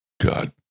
God